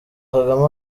kagame